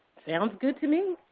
sounds good to me.